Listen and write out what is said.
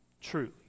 truly